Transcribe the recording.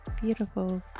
beautiful